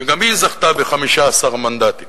וגם היא זכתה ב-15 מנדטים.